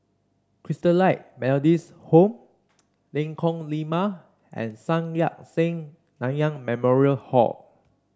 Christalite Methodist Home Lengkong Lima and Sun Yat Sen Nanyang Memorial Hall